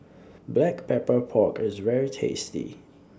Black Pepper Pork IS very tasty